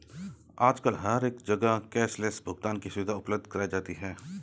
आजकल हर एक जगह कैश लैस भुगतान की सुविधा उपलब्ध कराई जाती है